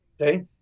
Okay